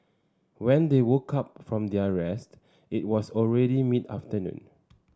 when they woke up from their rest it was already mid afternoon